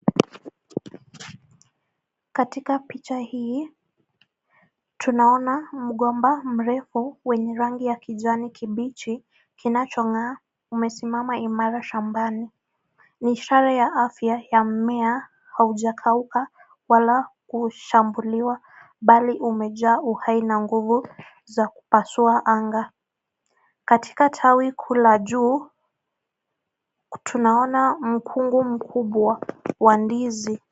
Katika picha hii, tunaona mgomba mrefu wenye rangi ya kijani kibichi kinachong'aa imesimama imara shambani, ni ishara ya afya ya mmea haujakauka wala kushambuliwa bali imejaa uhai na nguvu za kupasua anga .Katika tawi kuu la juu tunaona mkungu mkubwa wa ndizi.